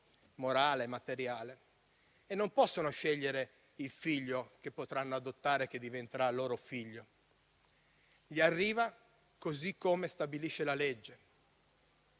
morale e materiale), non possono scegliere il figlio che potranno adottare e che diventerà loro. Gli arriva così come stabilisce la legge.